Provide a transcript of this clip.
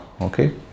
Okay